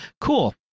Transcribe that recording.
cool